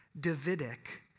Davidic